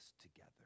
together